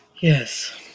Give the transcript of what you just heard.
Yes